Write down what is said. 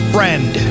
Friend